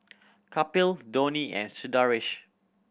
Kapil Dhoni and Sundaresh